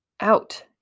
out